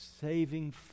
saving